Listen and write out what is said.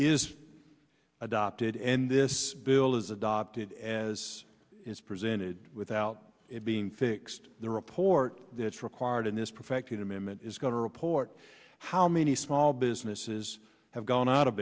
is adopted and this bill is adopted as it is presented without it being fixed the report that's required in this perfect amendment is going to report how many small businesses have gone out of